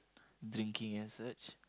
drinking and such